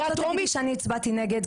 את לא תגידי שאני הצבעתי נגד,